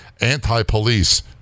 anti-police